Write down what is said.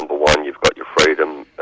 um but one you've got your freedom,